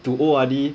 to O_R_D